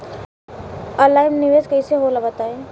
Online निवेस कइसे होला बताईं?